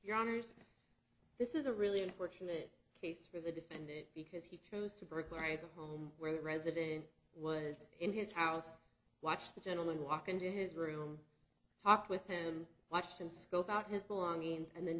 your honors this is a really unfortunate case for the defendant because he chose to burglarize a home where the president was in his house watched the gentleman walk into his room talked with him watched him scope out his belongings and then